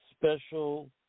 special